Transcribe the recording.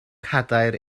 cadair